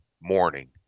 morning